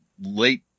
late